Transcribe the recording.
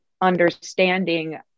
understanding